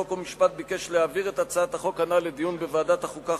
חוק ומשפט ביקש להעביר את הצעת החוק הנ"ל לדיון בוועדת החוקה,